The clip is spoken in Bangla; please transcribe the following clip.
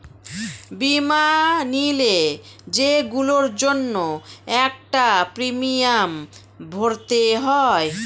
বীমা নিলে, সেগুলোর জন্য একটা প্রিমিয়াম ভরতে হয়